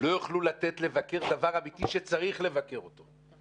לא יוכלו לאפשר לבקר דבר אמיתי שצריך לבקר אותו,